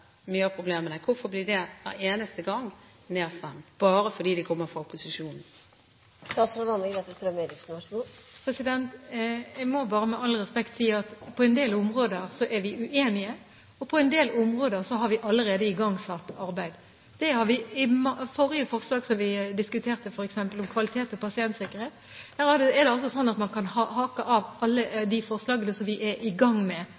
mye av problemene, hver eneste gang nedstemt, bare fordi de kommer fra opposisjonen? Jeg må bare med all respekt si at på en del områder er vi uenige, og på en del områder har vi allerede igangsatt arbeid. Når det gjelder f.eks. det forrige representantforslaget som vi diskuterte, om kvalitet og pasientsikkerhet, kan man hake av alle de forslagene som vi er i gang med